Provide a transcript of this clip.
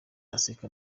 aseka